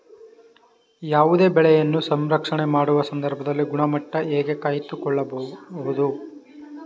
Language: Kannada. ಯಾವುದೇ ಬೆಳೆಯನ್ನು ಸಂಸ್ಕರಣೆ ಮಾಡುವ ಸಂದರ್ಭದಲ್ಲಿ ಗುಣಮಟ್ಟ ಹೇಗೆ ಕಾಯ್ದು ಕೊಳ್ಳಬಹುದು?